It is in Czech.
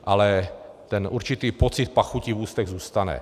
Ale ten určitý pocit pachuti v ústech zůstane.